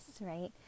right